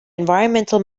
environmental